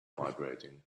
vibrating